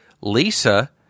Lisa